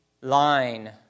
line